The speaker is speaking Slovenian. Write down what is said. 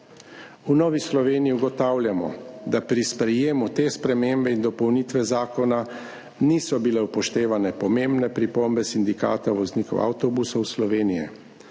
V Novi Sloveniji ugotavljamo, da pri sprejemu te spremembe in dopolnitve zakona niso bile upoštevane pomembne pripombe Sindikata voznikov avtobusov Slovenije.